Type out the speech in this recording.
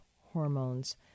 hormones